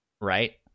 right